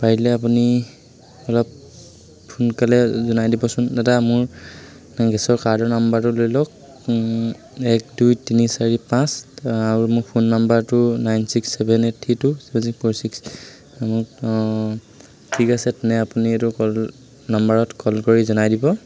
পাৰিলে আপুনি অলপ সোনকালে জনাই দিবচোন দাদা মোৰ গেছৰ কাৰ্ডৰ নম্বৰটো লৈ লওক এক দুই তিনি চাৰি পাঁচ আৰু মোৰ ফোন নম্বৰটো nine six seven eight three two seven six four six ঠিক আছে তেনে আপুনি এইটো কল নম্বৰত কল কৰি জনাই দিব